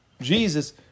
Jesus